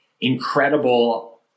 incredible